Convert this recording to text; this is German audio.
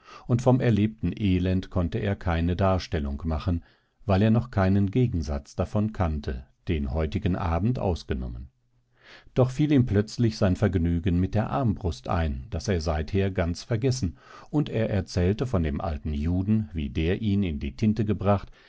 und vom erlebten elend konnte er keine darstellung machen weil er noch keinen gegensatz davon kannte den heutigen abend ausgenommen doch fiel ihm plötzlich sein vergnügen mit der armbrust ein das er seither ganz vergessen und er erzählte von dem alten juden wie der ihn in die tinte gebracht